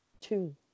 Two